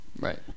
Right